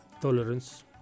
tolerance